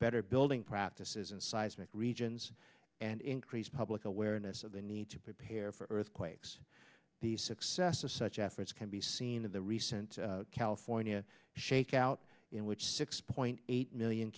better building practices and seismic regions and increase public awareness of the need to prepare for earthquakes the success of such efforts can be seen in the recent california shakeout in which six point eight million